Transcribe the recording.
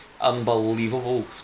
unbelievable